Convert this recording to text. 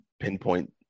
pinpoint